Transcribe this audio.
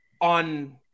on